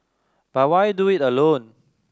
but why do it alone